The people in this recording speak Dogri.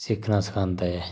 सिक्खना सखांदा ऐ